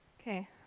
Okay